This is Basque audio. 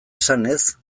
esanez